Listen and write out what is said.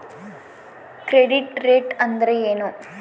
Credit rate ಅಂದರೆ ಏನು?